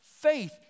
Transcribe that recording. faith